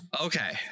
Okay